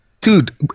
dude